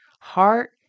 heart